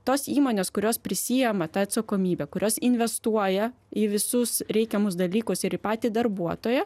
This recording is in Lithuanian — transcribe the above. tos įmonės kurios prisiima tą atsakomybę kurios investuoja į visus reikiamus dalykus ir į patį darbuotoją